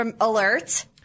alert